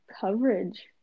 coverage